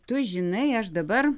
tu žinai aš dabar